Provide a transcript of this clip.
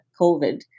COVID